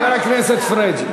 חבר הכנסת פריג',